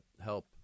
help